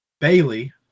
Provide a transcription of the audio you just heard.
Bailey